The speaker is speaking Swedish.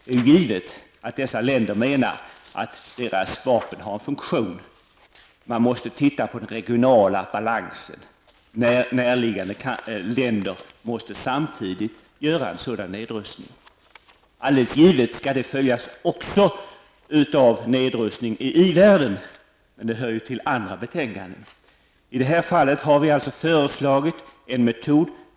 Det är givet att dessa länder menar att deras vapen har en funktion. Man måste titta på den regionala balansen. Närliggande länder måste samtidigt göra en sådan nedrustning. Givetvis skall detta också följas av nedrustning i ivärlden. Men den frågan hör hemma i andra betänkanden. I det här fallet har vi föreslagit en metod.